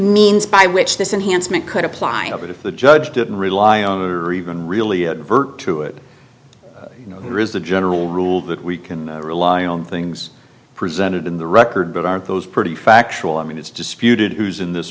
means by which this enhanced mic could apply up if the judge didn't rely on even really a virtue it you know there is a general rule that we can rely on things presented in the record but aren't those pretty factual i mean it's disputed who's in this